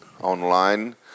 online